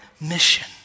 mission